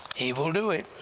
he will do it!